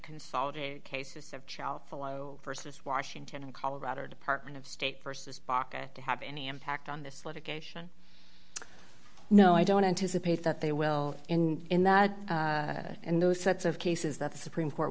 consolidated cases of child versus washington and colorado department of state versus baka to have any impact on this litigation no i don't anticipate that they will in in that and those sets of cases that the supreme court